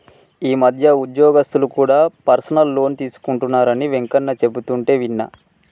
ఈ మధ్య ఉద్యోగస్తులు కూడా పర్సనల్ లోన్ తీసుకుంటున్నరని వెంకన్న చెబుతుంటే విన్నా